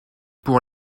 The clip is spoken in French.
pour